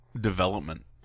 development